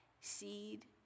seed